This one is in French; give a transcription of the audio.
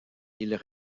ils